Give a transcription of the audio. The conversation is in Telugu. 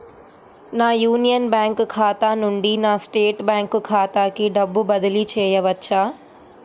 నా యూనియన్ బ్యాంక్ ఖాతా నుండి నా స్టేట్ బ్యాంకు ఖాతాకి డబ్బు బదిలి చేయవచ్చా?